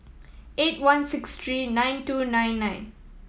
eight one six three nine two nine nine